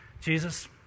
Jesus